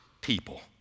people